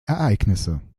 ereignisse